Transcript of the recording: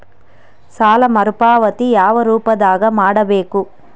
ಸಾಲ ಮರುಪಾವತಿ ಯಾವ ರೂಪದಾಗ ಮಾಡಬೇಕು?